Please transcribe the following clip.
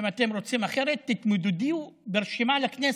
אם אתם רוצים אחרת, תתמודדו ברשימה לכנסת.